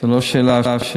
זה לא שאלה של